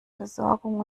versorgung